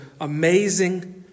amazing